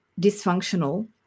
dysfunctional